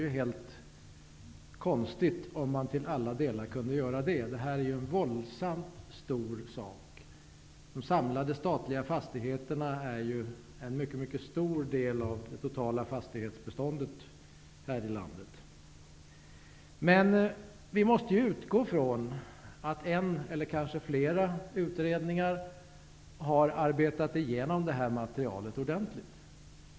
Det vore konstigt om man kunde göra det. Det här är en våldsamt stor sak. De samlade statliga fastigheterna utgör en mycket stor del av det totala fastighetsbeståndet i det här landet. Men vi måste utgå från att en eller kanske flera utredningar har arbetat igenom materialet ordentligt.